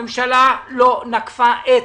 הממשלה לא נקפה אצבע.